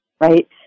right